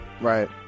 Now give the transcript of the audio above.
Right